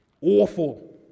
Awful